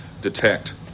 detect